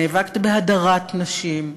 נאבקת בהדרת נשים,